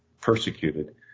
persecuted